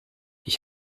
ich